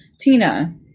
Tina